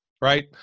right